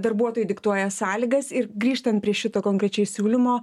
darbuotojai diktuoja sąlygas ir grįžtant prie šito konkrečiai siūlymo